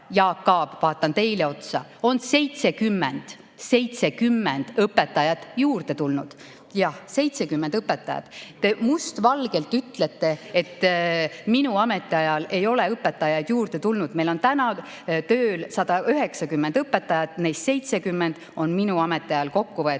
Jaak Aab, vaatan teile otsa – on 70 õpetajat juurde tulnud. Jah, 70 õpetajat! Te must valgel ütlete, et minu ametiajal ei ole õpetajaid juurde tulnud. Meil on täna tööl 190 õpetajat, neist 70 on minu ametiajal [tööle] võetud.